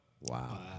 Wow